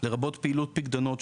לרבות פעילות מוכרת של פיקדונות,